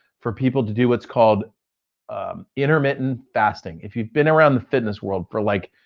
for people to do what's called intermittent fasting. if you've been around the fitness world for like,